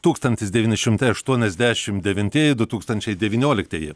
tūkstantis devyni šimtai aštuoniasdešim devintieji du tūkstančiai devynioliktieji